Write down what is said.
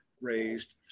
Raised